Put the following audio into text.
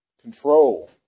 control